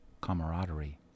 camaraderie